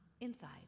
Inside